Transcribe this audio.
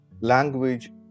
language